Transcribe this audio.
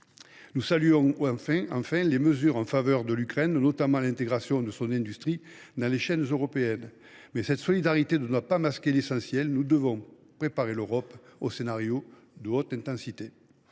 Nous saluons enfin les mesures en faveur de l’Ukraine, notamment l’intégration de son industrie dans les chaînes européennes. Cette solidarité ne doit toutefois pas masquer l’essentiel : nous devons préparer l’Europe aux scénarios de haute intensité.